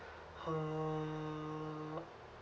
!huh!